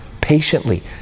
Patiently